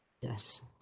Yes